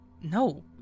No